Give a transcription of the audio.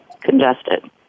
congested